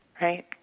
Right